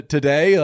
Today